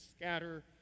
scatter